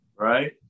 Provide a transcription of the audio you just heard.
right